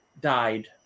died